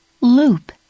Loop